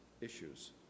issues